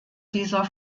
dieser